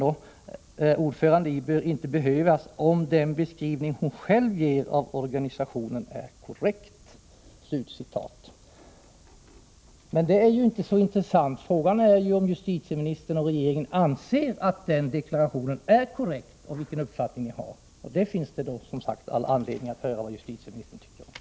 är ordförande i bör inte behövas, om den beskrivning hon själv ger av organisationen är korrekt.” Men det är ju inte så intressant. Frågan är om justitieministern och regeringen anser att den deklarationen är korrekt och vilken uppfattning man har om organisationen. På den punkten finns det som sagt all anledning att höra vad justitieministern tycker.